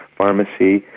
pharmacy,